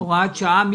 (הוראת שעה), התשפ"א-2021.